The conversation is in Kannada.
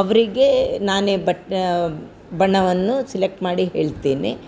ಅವರಿಗೆ ನಾನೇ ಬಟ್ಟ್ ಬಣ್ಣವನ್ನು ಸಿಲೆಕ್ಟ್ ಮಾಡಿ ಹೇಳ್ತೇನೆ